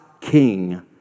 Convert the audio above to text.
King